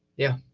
yeah,